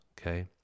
okay